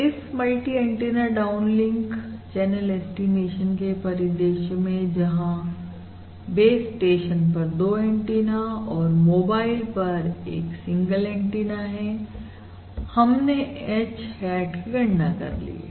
इस multi antenna downlink channel estimation के परिदृश्य में जहां बेस स्टेशन पर दो एंटीना और मोबाइल पर एक सिंगल एंटीना है हमने H hat की गणना कर ली है